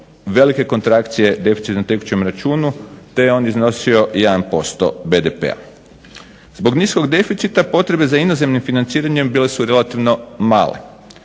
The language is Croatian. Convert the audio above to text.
velike kontrakcije deficita na tekućem računu te je on iznosio 1% BDP-a. Zbog niskog deficita potrebe za inozemnim financiranjem bile su relativno male.